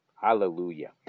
Hallelujah